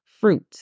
fruit